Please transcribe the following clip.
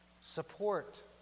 support